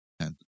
Ten